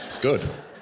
Good